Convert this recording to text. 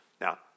Now